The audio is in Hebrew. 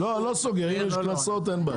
לא לא סוגר, אם יש קנסות אין בעיה.